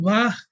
Wow